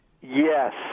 Yes